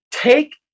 take